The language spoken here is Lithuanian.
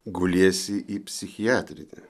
guliesi į psichiatrinę